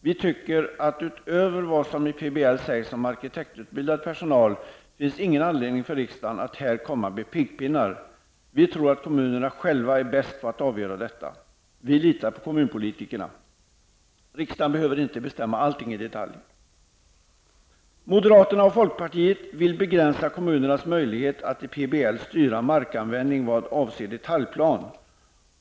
Vi tycker att det utöver vad som sägs i PBL om arkitektutbildad personal inte finns någon anledning för riksdagen att här komma med pekpinnar. Vi tror att kommunerna själva är bäst på att avgöra detta. Vi litar på kommunpolitikerna. Riksdagen behöver inte bestämma allt i detalj. Moderaterna och folkpartiet vill begränsa kommunernas möjlighet att i PBL styra markanvändningen i vad avser detaljplan.